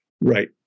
Right